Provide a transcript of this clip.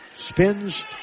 spins